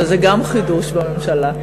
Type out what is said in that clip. שגם זה חידוש בממשלה.